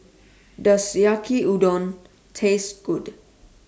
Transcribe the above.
Does Yaki Udon Taste Good